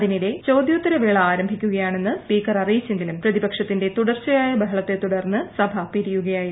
അതിനിടെ ചോദ്യോത്തരവേള ആരംഭിക്കുകയാണെന്ന് സ്പീക്കർ അറിയിച്ചെങ്കിലും പ്രതിപക്ഷത്തിന്റെ തുടർച്ചയായ ബഹളത്തെ തുടർന്ന് സഭ പിരിയുകയായിരുന്നു